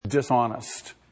dishonest